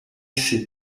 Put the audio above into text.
sit